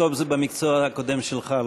מיקרוסקופ זה במקצוע הקודם שלך,